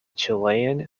chilean